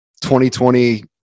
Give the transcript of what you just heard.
2020